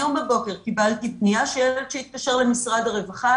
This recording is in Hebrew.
היום בבוקר קיבלתי פנייה של ילד שהתקשר למשרד הרווחה,